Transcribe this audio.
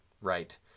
Right